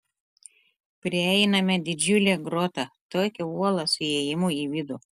prieiname didžiulę grotą tokią uolą su įėjimu į vidų